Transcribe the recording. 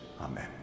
Amen